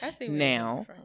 Now